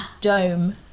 dome